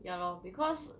ya lor because